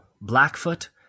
Blackfoot